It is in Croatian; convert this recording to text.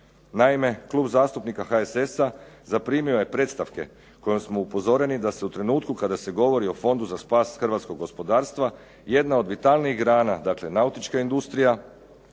Naime, Klub zastupnika HSS-a zaprimio je predstavke kojom smo upozoreni da se u trenutku kada se govori o fondu za spas hrvatskog gospodarstva jedna od vitalnijih grana dakle nautička industrija